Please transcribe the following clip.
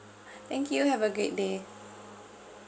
thank you have a great day